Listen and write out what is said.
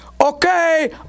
Okay